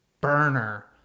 burner